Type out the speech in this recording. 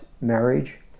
marriage